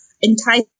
entice